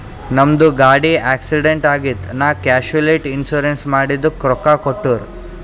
ನಮ್ದು ಗಾಡಿ ಆಕ್ಸಿಡೆಂಟ್ ಆಗಿತ್ ನಾ ಕ್ಯಾಶುಲಿಟಿ ಇನ್ಸೂರೆನ್ಸ್ ಮಾಡಿದುಕ್ ರೊಕ್ಕಾ ಕೊಟ್ಟೂರ್